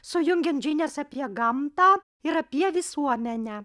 sujungiant žinias apie gamtą ir apie visuomenę